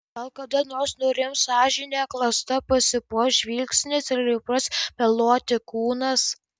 gal kada nors nurims sąžinė klasta pasipuoš žvilgsnis ir įpras meluoti kūnas